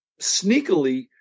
sneakily